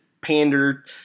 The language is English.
pander